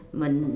mình